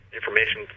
information